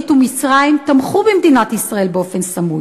ומצרים תמכו במדינת ישראל באופן סמוי,